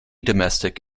domestic